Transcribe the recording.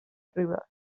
ribes